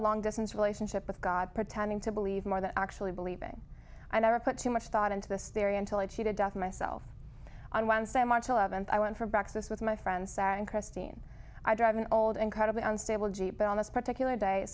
long distance relationship with god pretending to believe more than actually believing i never put too much thought into this theory until i cheated death myself on wednesday march eleventh i went for breakfast with my friends and christine i drive an old incredibly unstable jeep but on this particular day